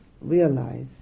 realize